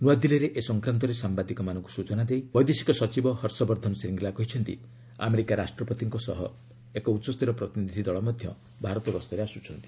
ନୂଆଦିଲ୍ଲୀରେ ଏ ସଂକ୍ରାନ୍ତରେ ସାମ୍ବାଦିକମାନଙ୍କୁ ସ୍କଚନା ଦେଇ ବୈଦେଶିକ ସଚିବ ହର୍ଷବର୍ଦ୍ଧନ ଶ୍ରୀଙ୍ଗଲା କହିଛନ୍ତି ଆମେରିକା ରାଷ୍ଟ୍ରପତିଙ୍କ ସହ ଏକ ଉଚ୍ଚସ୍ତରୀୟ ପ୍ରତିନିଧି ଦଳ ମଧ୍ୟ ଭାରତ ଗସ୍ତରେ ଆସ୍ବଛନ୍ତି